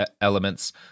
elements